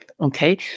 Okay